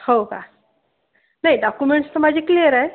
हो का नाही डॉक्युमेंट्स तर माझे क्लिअर आहे